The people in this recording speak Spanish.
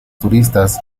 turistas